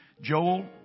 Joel